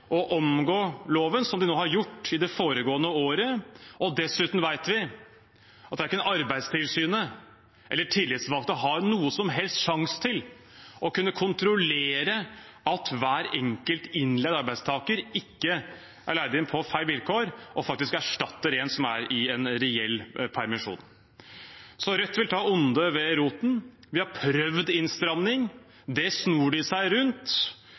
å omgå loven på, som de nå har gjort i det foregående året. Dessuten vet vi at verken Arbeidstilsynet eller tillitsvalgte har noen som helst sjanse til å kunne kontrollere at hver enkelt innleid arbeidstaker ikke er leid inn på feil vilkår og faktisk erstatter en som er i reell permisjon. Rødt vil ta ondet ved roten. Vi har prøvd innstramning. Det snor de seg rundt.